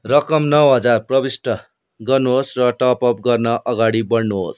रकम नौ हजार प्रविष्ट गर्नुहोस् र टपअप गर्न अगाडि बढ्नुहोस्